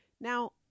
Now